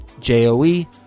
J-O-E